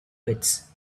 pits